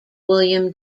william